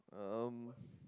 um